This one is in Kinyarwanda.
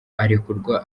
arekurwa